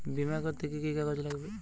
বিমা করতে কি কি কাগজ লাগবে?